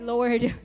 Lord